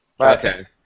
Okay